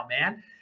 man